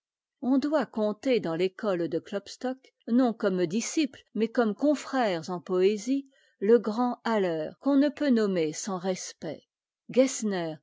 on doit compter dans l'école de klopstock non comme disciples mais comme confrères en poésie le grand haller qu'on ne peut nommer sans respect gessner